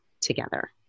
together